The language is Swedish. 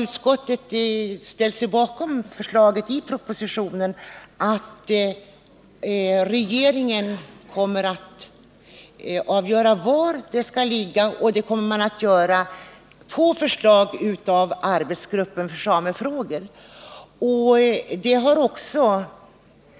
Utskottet har ställt sig bakom förslaget i propositionen om att regeringen skall avgöra var de skall lokaliseras, och det kommer regeringen att göra efter förslag av arbetsgruppen för samefrågor.